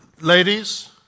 ladies